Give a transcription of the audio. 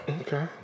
Okay